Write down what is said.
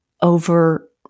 over